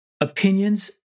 opinions